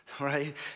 right